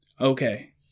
okay